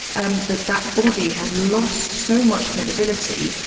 and that that body had lost so much credibility,